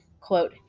quote